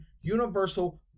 universal